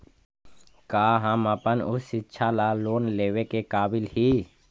का हम अपन उच्च शिक्षा ला लोन लेवे के काबिल ही?